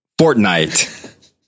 Fortnite